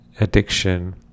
addiction